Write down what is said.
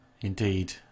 indeed